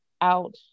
out